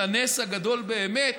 לנס הגדול באמת,